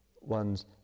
one's